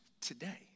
Today